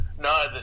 No